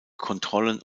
kontrollen